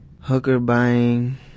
hooker-buying